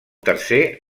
tercer